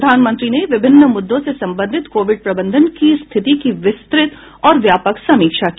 प्रधानमंत्री ने विभिन्न मुद्दों से संबंधित कोविड प्रबंधन की रिथति की विस्तृत और व्यापक समीक्षा की